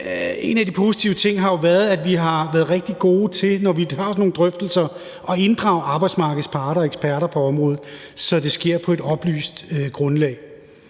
en af de positive ting har jo været, at vi, når vi har haft sådan nogle drøftelser, har været rigtig gode til at inddrage arbejdsmarkedets parter og eksperter på området, så det sker på et oplyst grundlag.